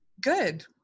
good